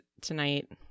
tonight